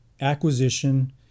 acquisition